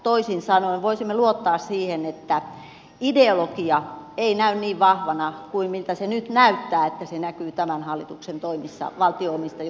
toisin sanoen kuinka voisimme luottaa siihen että ideologia ei näy niin vahvana kuin nyt näyttää että se näkyy tämän hallituksen toimissa valtio omistajuuteen nähden